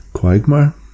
Quagmire